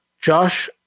Josh